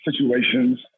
situations